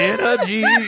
Energy